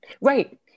right